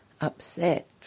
upset